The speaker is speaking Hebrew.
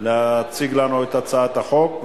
להציג לנו את הצעת החוק.